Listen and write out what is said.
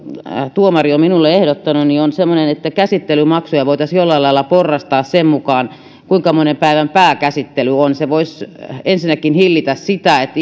tuomari on minulle ehdottanut on semmoinen että käsittelymaksuja voitaisiin jollain lailla porrastaa sen mukaan kuinka monen päivän pääkäsittely on se voisi ensinnäkin hillitä sitä että